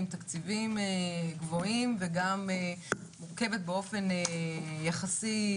עם תקציבים גבוהים וגם מורכבת באופן יחסי,